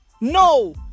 no